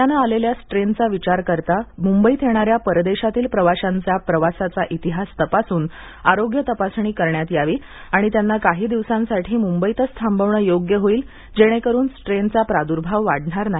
नव्याने आलेल्या स्ट्रेनचा विचार करता मुंबईत येणाऱ्या परदेशातील प्रवाशांचा प्रवासाचा इतिहास तपासून प्रवाशांची आरोग्य तपासणी करण्यात यावी आणि त्यांना काही दिवसांसाठी मुंबईतच थांबवणे योग्य होईल जेणेकरुन स्ट्रेनचा प्राद्र्भाव वाढणार नाही